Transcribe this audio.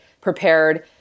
prepared